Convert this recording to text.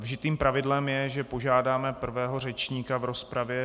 Vžitým pravidlem je, že požádáme prvého řečníka v rozpravě.